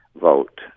vote